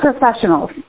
professionals